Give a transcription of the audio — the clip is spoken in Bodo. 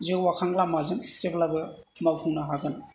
जौगाखां लामाजों जेब्लाबो मावफुंनो हागोन